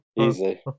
easy